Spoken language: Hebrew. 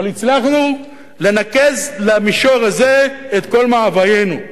אבל הצלחנו לנקז למישור הזה את כל מאוויינו.